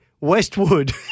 Westwood